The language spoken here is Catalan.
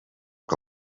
que